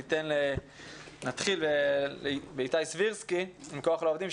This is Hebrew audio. נתחיל באיתי סבירסקי מכוח לעובדים,